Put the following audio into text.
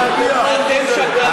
אתם שקרנים.